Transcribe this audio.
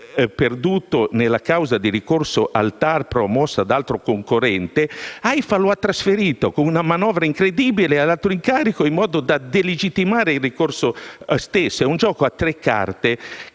avrebbe perduto nella causa di ricorso al TAR promossa da altro concorrente, AIFA l'ha trasferito con una manovra incredibile ad altro incarico, in modo da delegittimare il ricorso stesso: un gioco a tre carte